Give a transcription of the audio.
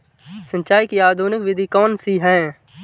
सिंचाई की आधुनिक विधि कौनसी हैं?